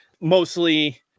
Mostly